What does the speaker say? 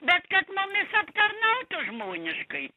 bet kad mumis aptarnautų žmoniškai